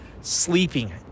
sleeping